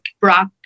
Brock